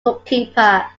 bookkeeper